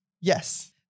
Yes